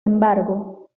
embargo